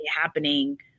happening